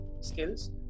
skills